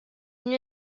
une